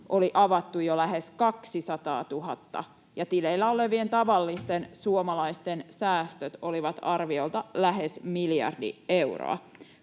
oli avattu jo lähes 200 000, ja tileillä olevien tavallisten suomalaisten säästöt olivat arviolta lähes miljardi euroa.